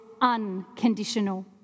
unconditional